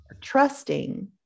trusting